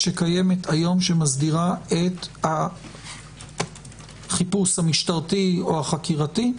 שקיימת היום שמסדירה את החיפוש המשטרתי או החקירתי,